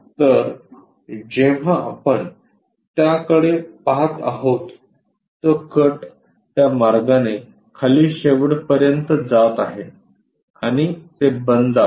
तर जेव्हा आपण त्या कडे पहात आहोत तो कट त्या मार्गाने खाली शेवटपर्यंत जात आहे आणि ते बंद आहे